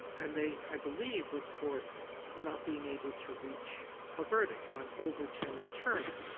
and they, i believe, report not being able to reach a verdict on overton and turner.